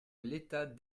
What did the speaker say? l’état